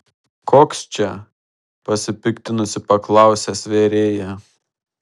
koks čia pasipiktinusi paklausė svėrėja